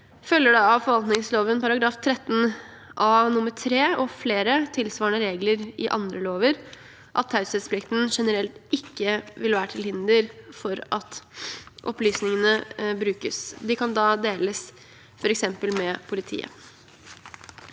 følger det av forvaltningsloven § 13 a nr. 3 og flere tilsvarende regler i andre lover at taushetsplikten generelt ikke vil være til hinder for at opplysningenes brukes. De kan da deles f.eks. med politiet.